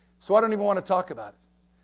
so, i don't even want to talk about,